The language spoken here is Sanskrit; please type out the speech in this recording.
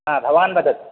हा भवान् वदतु